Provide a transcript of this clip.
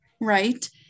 Right